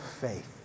faith